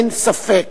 אין ספק